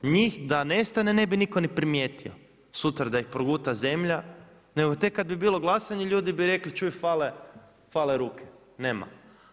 Njih da nestane ne bi nitko ni primijetio, sutra da ih proguta zemlja nego tek kada bi bilo glasanje ljudi bi rekli čuj fale ruke, nema.